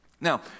Now